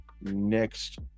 next